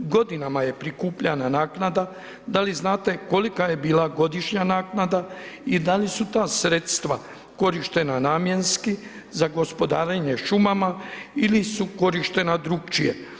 Godinama je prikupljana naknada da li znate kolika je bila godišnja naknada i da li su ta sredstva korištena namjenski za gospodarenje šumama ili su korištena drukčije?